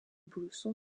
brüssel